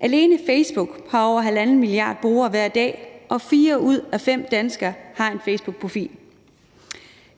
Alene Facebook har over 1,5 milliarder brugere hver dag, og fire ud af fem danskere har en facebookprofil.